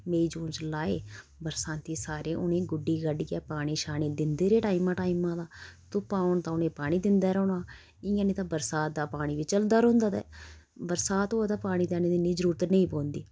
मेई जून च लाए बरसांती सारें उनें गुड्डी गड्डियै पानी शानी दिंदे रेह् टाइमा टाइमा दा धुप्पां होन तां उनें पानी दिंदे रौह्ना इ'यां नेईं तां बरसात दा पानी बी चलदा रौंह्दा ते बरसात होऐ तां ते पानी शानी दी इन्नी जरूरत नेईं पौंदी